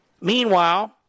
Meanwhile